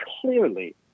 clearly